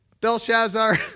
Belshazzar